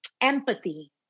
empathy